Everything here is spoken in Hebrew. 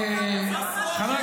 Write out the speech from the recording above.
עכשיו,